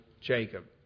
Jacob